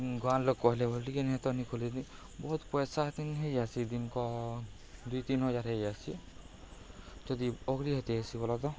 ଗୁଁର ଲୋକ କହିଲେ ବ ବୋଲି ଟିକେ ନହ ତନ ଖଲିି ବହୁତ ପଇସା ହେି ହେଇଯସି ଦିନକ ଦୁଇ ତିନି ହଜାର ହେଇଯସି ଯଦି ଅଗଲି ହେତି ଆସି ବୋ ତ